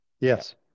Yes